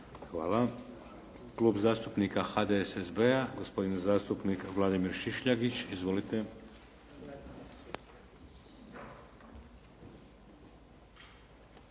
Hvala. Klub zastupnika HDSSB-a gospodin zastupnik Vladimir Šišljagić. Izvolite.